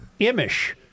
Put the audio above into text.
Imish